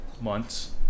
months